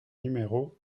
numéro